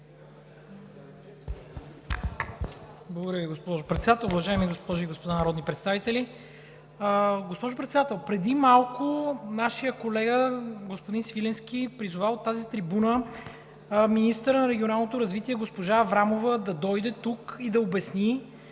Благодаря Ви, госпожо Председател. Уважаеми госпожи и господа народни представители! Госпожо Председател, преди малко нашият колега господин Свиленски, призова от тази трибуна министъра на регионалното развитие – госпожа Аврамова, да дойде тук и да обясни